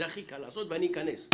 זה הכי קל לעשות ואני אכנס.